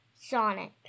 Sonic